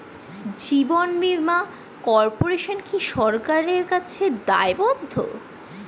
জীবন বীমা কর্পোরেশন কি সরকারের কাছে দায়বদ্ধ?